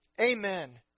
amen